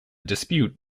dispute